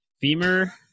femur